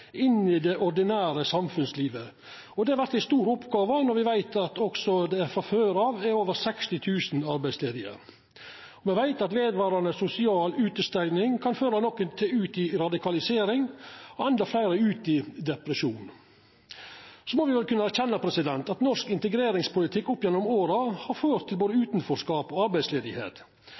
inn i det ordinære samfunnslivet. Det vert ei stor oppgåve når me veit at det frå før er over 60 000 arbeidsledige. Me veit at vedvarande sosial utestenging kan føra nokon ut i radikalisering og endå fleire ut i depresjon. Me må kunna erkjenna at norsk integreringspolitikk opp gjennom åra har ført til både utanforskap og